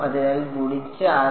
അതിനാൽ ഗുണിച്ചാൽ